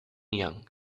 young